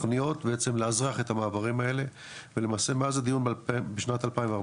תכניות לאזרח את המעברים האלה ולמעשה מאז הדיון בשנת 2014